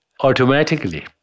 automatically